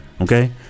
Okay